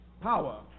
Power